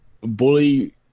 Bully